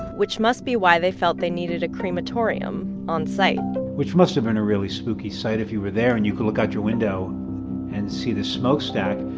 which must be why they felt they needed a crematorium on site which must have been a really spooky sight if you were there and you could look out your window and see the smokestack.